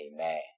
Amen